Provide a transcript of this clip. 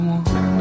one